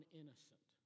innocent